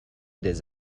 des